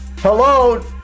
Hello